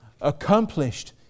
Accomplished